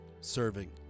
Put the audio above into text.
Serving